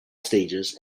stages